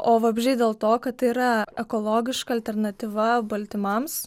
o vabzdžiai dėl to kad tai yra ekologiška alternatyva baltymams